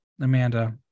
amanda